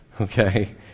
okay